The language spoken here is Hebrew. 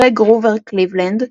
אחרי גרובר קליבלנד,